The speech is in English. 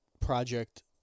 project